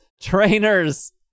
Trainers